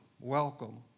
welcome